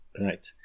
right